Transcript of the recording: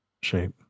shape